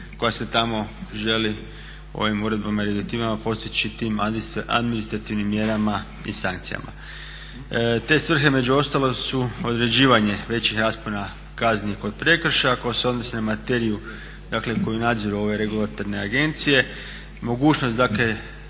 koja se tamo želi ovim uredbama i direktivama postići tim administrativnim mjerama i sankcijama. Te svrhe među ostalim su određivanje većih raspona kazni kod prekršaja koje odnose na materiju dakle koji nadziru ove regulatorne agencije, mogućnost dakle